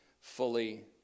fully